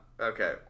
okay